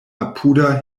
apuda